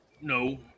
No